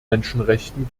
menschenrechten